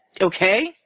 Okay